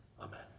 Amen